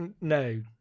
no